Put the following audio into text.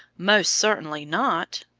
most certainly not,